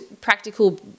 practical